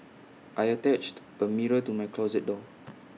I attached A mirror to my closet door